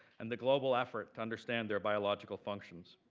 and the global effort to understand their biological functions.